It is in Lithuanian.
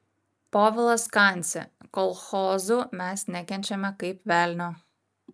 povilas kancė kolchozų mes nekenčiame kaip velnio